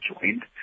joined